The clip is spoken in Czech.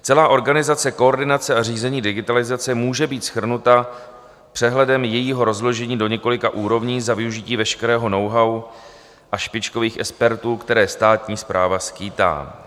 Celá organizace, koordinace a řízení digitalizace může být shrnuta přehledem jejího rozložení do několika úrovní za využití veškerého knowhow a špičkových expertů, které státní správa skýtá.